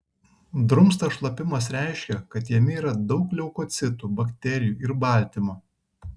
drumstas šlapimas reiškia kad jame yra daug leukocitų bakterijų ir baltymo